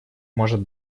может